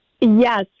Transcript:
Yes